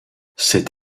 cet